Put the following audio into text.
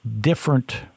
different